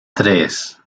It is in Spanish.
tres